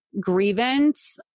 grievance